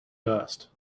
dust